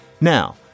Now